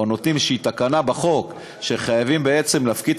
או נותנים איזושהי תקנה בחוק שחייבים להפקיד את